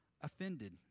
offended